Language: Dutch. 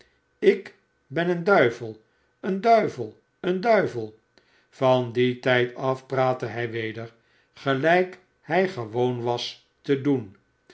ik ben een duivel een duivel een duivel van dien tijd af praatte hij weder gelijk hij gewoon was te doen